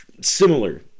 similar